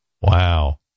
wow